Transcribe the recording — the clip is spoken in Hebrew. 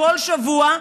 כל שבוע,